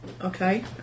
Okay